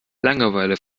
langeweile